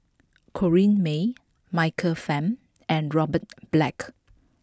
Corrinne May Michael Fam and Robert Black